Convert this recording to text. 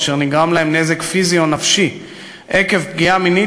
אשר נגרם להם נזק פיזי או נפשי עקב פגיעה מינית